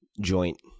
joint